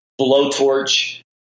blowtorch